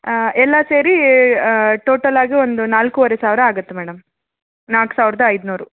ಹಾಂ ಎಲ್ಲ ಸೇರಿ ಟೋಟಲಾಗಿ ಒಂದು ನಾಲ್ಕುವರೆ ಸಾವರ ಆಗುತ್ತೆ ಮೇಡಮ್ ನಾಲ್ಕು ಸಾವಿರ್ದ ಐದು ನೂರು